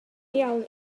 iawn